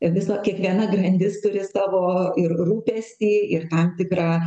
viso kiekviena grandis turi savo ir rūpestį ir tam tikrą